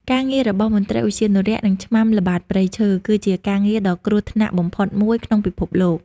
ការងាររបស់មន្ត្រីឧទ្យានុរក្ស និងឆ្មាំល្បាតព្រៃឈើ គឺជាការងារដ៏គ្រោះថ្នាក់បំផុតមួយក្នុងពិភពលោក។